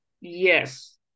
Yes